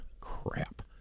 Crap